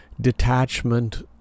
detachment